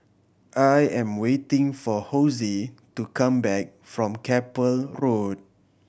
I am waiting for Hosie to come back from Keppel Road